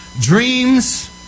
dreams